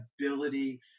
ability